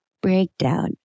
breakdown